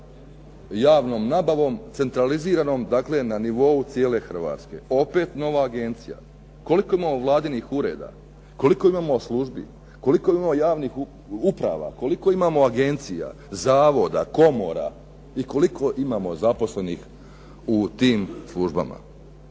javnom nabavom centraliziranom dakle na nivou cijele Hrvatske. Opet nova agencija. Koliko imamo vladinih ureda? Koliko imamo službi? Koliko imamo javnih uprava? Koliko imamo agencija, zavoda, komora i koliko imamo zaposlenih u tim službama.